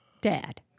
dad